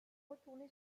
retourné